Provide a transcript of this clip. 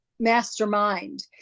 mastermind